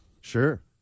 Sure